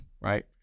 right